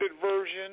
version